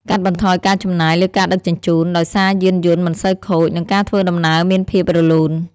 កាត់បន្ថយការចំណាយលើការដឹកជញ្ជូន ដោយសារយានយន្តមិនសូវខូច និងការធ្វើដំណើរមានភាពរលូន។